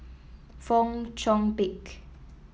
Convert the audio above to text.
Fong Chong Pik